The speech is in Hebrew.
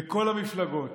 מכל המפלגות,